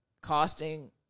costing